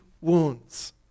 wounds